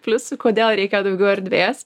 pliusų kodėl reikia daugiau erdvės